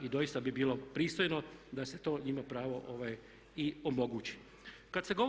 I doista bi bilo pristojno da se to njima pravo i omogući.